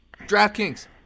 DraftKings